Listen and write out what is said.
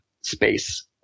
space